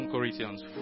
Corinthians